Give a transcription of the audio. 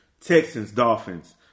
Texans-Dolphins